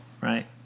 right